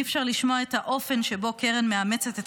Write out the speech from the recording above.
אי-אפשר לשמוע את האופן שבו קרן מאמצת את